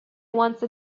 once